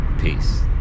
peace